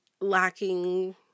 lacking